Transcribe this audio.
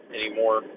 anymore